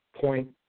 point